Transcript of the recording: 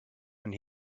and